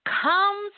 comes